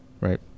right